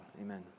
Amen